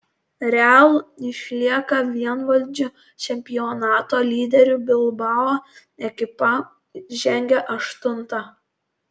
real išlieka vienvaldžiu čempionato lyderiu bilbao ekipa žengia aštunta